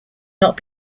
not